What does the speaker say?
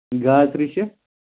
گازرِ چھِ